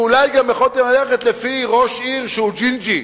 אולי גם יכולתם ללכת לפי ראש עיר שהוא ג'ינג'י.